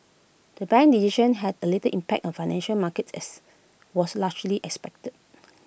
the bank's decision had the little impact on financial markets as was largely expected